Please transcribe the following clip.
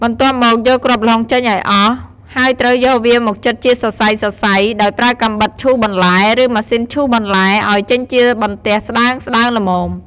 បន្ទាប់មក យកគ្រាប់ល្ហុងចេញឱ្យអស់ ហើយត្រូវយកវាមកចិតជាសរសៃៗ ដោយប្រើកាំបិតឈូសបន្លែ ឬម៉ាស៊ីនឈូសបន្លែ ឱ្យចេញជាបន្ទះស្ដើងៗល្មម។